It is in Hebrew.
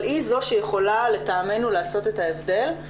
אבל היא זו שיכולה לטעמנו לעשות את ההבדל,